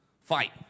Fight